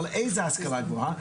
אבל איזו השכלה גבוהה,